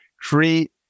create